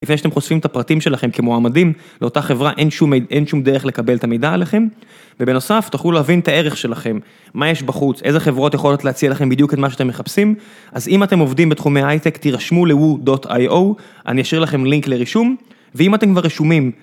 לפני שאתם חושפים את הפרטים שלכם כמועמדים לאותה חברה, אין שום דרך לקבל את המידע עליכם. ובנוסף, תוכלו להבין את הערך שלכם, מה יש בחוץ, איזה חברות יכולת להציע לכם בדיוק את מה שאתם מחפשים. אז אם אתם עובדים בתחומי הייטק, תירשמו ל-woo.io, אני אשאיר לכם לינק לרישום. ואם אתם כבר רשומים...